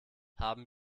haben